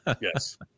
yes